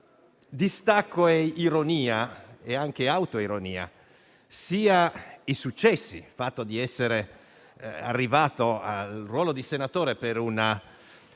distacco, ironia e anche autoironia i successi. Il fatto di essere arrivato al ruolo di senatore, per una